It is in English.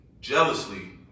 jealously